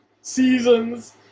seasons